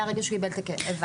מהרגע שהוא קיבל --- כן,